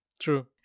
True